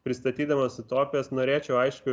pristatydamas utopijas norėčiau aišku